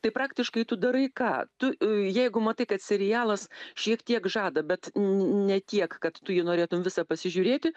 tai praktiškai tu darai ką tu jeigu matai kad serialas šiek tiek žada bet ne tiek kad tu jį norėtum visą pasižiūrėti